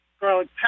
garlic